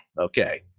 Okay